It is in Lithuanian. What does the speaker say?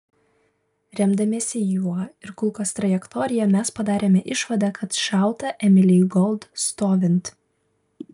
remdamiesi juo ir kulkos trajektorija mes padarėme išvadą kad šauta emilei gold stovint